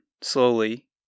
slowly